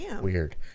weird